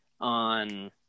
on